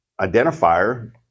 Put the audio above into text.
identifier